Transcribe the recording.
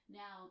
now